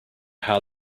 how